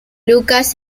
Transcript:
lucas